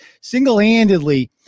single-handedly